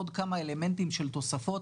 עוד כמה אלמנטים של תוספות,